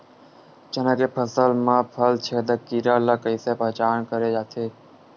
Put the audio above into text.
चना के फसल म फल छेदक कीरा ल कइसे पहचान करे जाथे?